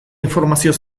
informazioa